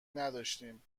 نداشتیم